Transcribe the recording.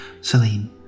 Celine